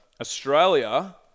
Australia